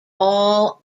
all